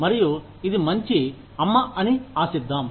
మరియు ఇది మంచి అమ్మ అని ఆశిద్దాం